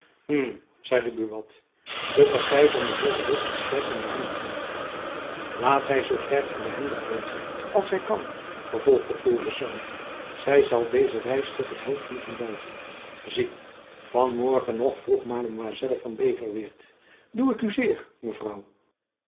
hm zeide buat de party van den heer de witt is sterk en behendig laat zy zoo sterk en behendig wezen als zy kan vervolgde florisz zy zal deze reis toch het hoofd moeten buigen zie van morgen nog vroeg mademoiselle van beverweert doe ik u zeer